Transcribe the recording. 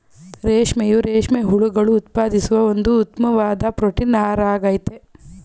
ರೇಷ್ಮೆಯು ರೇಷ್ಮೆ ಹುಳುಗಳು ಉತ್ಪಾದಿಸುವ ಒಂದು ಉತ್ತಮ್ವಾದ್ ಪ್ರೊಟೀನ್ ನಾರಾಗಯ್ತೆ